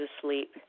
asleep